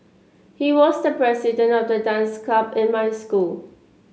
he was the president of the dance club in my school